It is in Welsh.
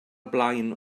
blaen